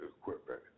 equipment